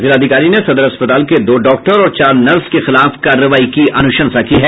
जिलाधिकारी ने सदर अस्पताल के दो डॉक्टर और चार नर्स के खिलाफ कार्रवाई की अनुशंसा की है